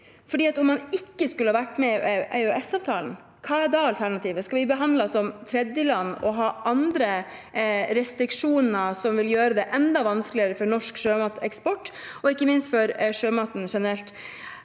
her. Om man ikke skulle ha vært med i EØS-avtalen, hva er da alternativet? Skal vi behandles som tredjeland og ha andre restriksjoner som vil gjøre det enda vanskeligere for norsk sjømateksport, og ikke minst for sjømaten generelt?